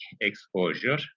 exposure